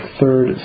third